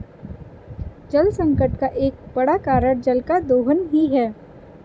जलसंकट का एक बड़ा कारण जल का दोहन ही है